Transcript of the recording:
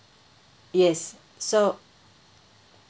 yes so